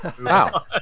Wow